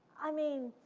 i mean,